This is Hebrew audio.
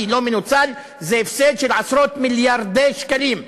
לא מנוצל זה הפסד של עשרות מיליארדי שקלים,